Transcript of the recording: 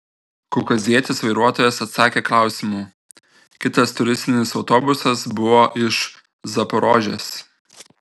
kaukazietis vairuotojas atsakė klausimu kitas turistinis autobusas buvo iš zaporožės